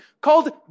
called